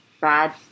bad